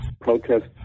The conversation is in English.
protest